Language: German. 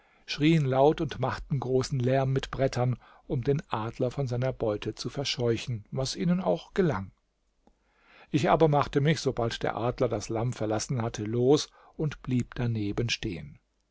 schrien laut und machten großen lärm mit brettern um den adler von seiner beute zu verscheuchen was ihnen auch gelang ich aber machte mich sobald der adler das lamm verlassen hatte los und blieb daneben stehen